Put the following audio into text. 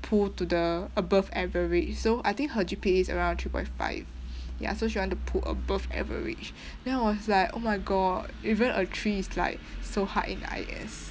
pull to the above average so I think her G_P_A is around three point five ya so she want to pull above average then I was like oh my god even a three is like so high in I_S